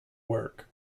work